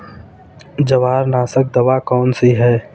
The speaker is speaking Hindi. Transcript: जवारनाशक दवा कौन सी है?